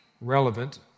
Relevant